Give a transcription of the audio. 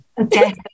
Okay